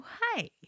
hi